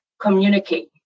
communicate